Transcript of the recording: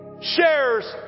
shares